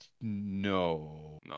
no